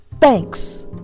thanks